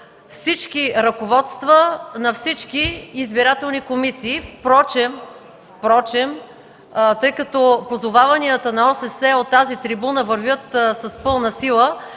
всички ръководства на всички избирателни комисии. Впрочем, тъй като позоваванията на ОССЕ от тази трибуна вървят с пълна сила